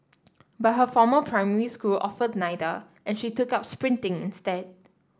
but her former primary school offered neither and she took up sprinting instead